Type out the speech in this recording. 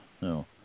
No